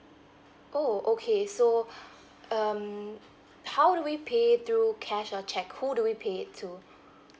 oh okay so um how do we pay through cash or check who do we pay it to